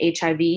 HIV